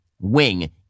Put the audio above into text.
wing